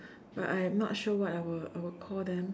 but I am not sure what I will I will Call them